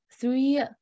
three